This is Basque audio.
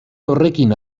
horrekin